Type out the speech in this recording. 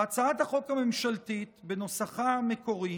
בהצעת החוק הממשלתית בנוסחה המקורי